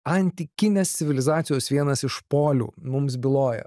antikinės civilizacijos vienas iš puolių mums byloja